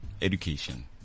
Education